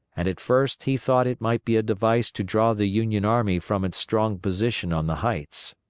and at first he thought it might be a device to draw the union army from its strong position on the heights.